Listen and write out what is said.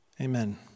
Amen